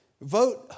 vote